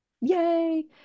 yay